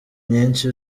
nyinshi